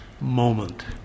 Moment